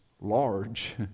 large